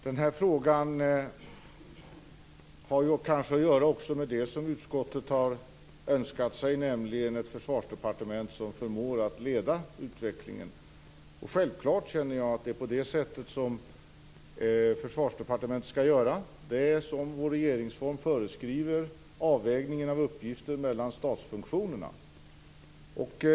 Herr talman! Den här frågan har kanske också att göra med det som utskottet har önskat sig, nämligen ett försvarsdepartement som förmår att leda utvecklingen. Självfallet känner jag att det är på det sättet som Försvarsdepartementet skall göra det som vår regeringsform föreskriver, dvs. avvägningen av uppgifter mellan statsfunktionerna.